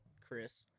Chris